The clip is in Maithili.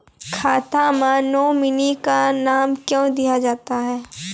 खाता मे नोमिनी का नाम क्यो दिया जाता हैं?